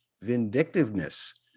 Vindictiveness